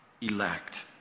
elect